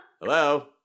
Hello